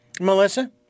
Melissa